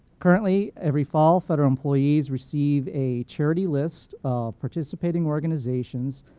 currently, every fall, federal employees receive a charity list of participating organizations,